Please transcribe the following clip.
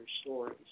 stories